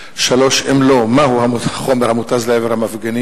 3. אם לא, מה הוא החומר המותז לעבר המפגינים?